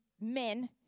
men